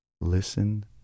Listen